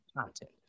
content